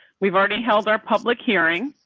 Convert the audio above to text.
we've already held our public hearing.